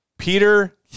Peter